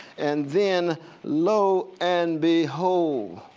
and then lo and behold